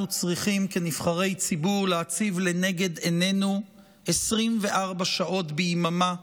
צריכים כנבחרי ציבור להציב לנגד עיננו 24 שעות ביממה,